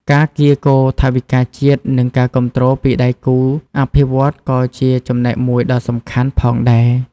ការកៀរគរថវិកាជាតិនិងការគាំទ្រពីដៃគូអភិវឌ្ឍន៍ក៏ជាចំណែកមួយដ៏សំខាន់ផងដែរ។